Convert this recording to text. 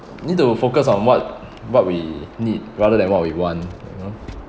need to focus on what what we need rather than what we want you know